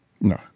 No